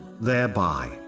thereby